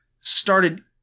started